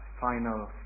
final